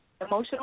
Emotional